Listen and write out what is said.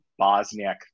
Bosniak